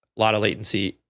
lot of latency,